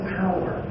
power